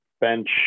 bench